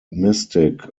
mystic